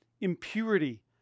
impurity